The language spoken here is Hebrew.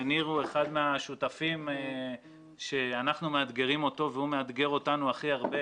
וניר הוא אחד מהשותפים שאנחנו מאתגרים אותו והוא מאתגר אותנו הכי הרבה